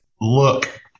look